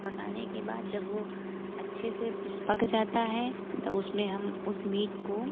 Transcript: पकाने के बाद जब वो अच्छे से पक जाता है तब उसमें हम उसे मीट को